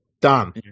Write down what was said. Done